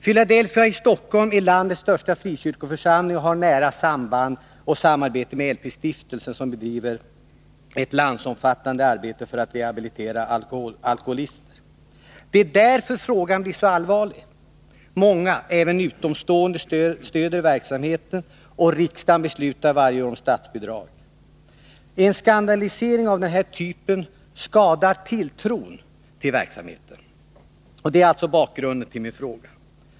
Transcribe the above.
Filadelfia i Stockholm är landets största frikyrkoförsamling och har nära samarbetet med LP-stiftelsen, som bedriver ett landsomfattande arbete för att rehabilitera alkoholister. Det är därför frågan blir så allvarlig. Många — även utomstående — stöder verksamheten, och riksdagen beslutar varje år om statsbidrag. En skandalisering av den här typen skadar tilltron till verksamheten. Detta är alltså bakgrunden till min fråga.